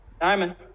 Diamond